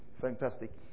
Fantastic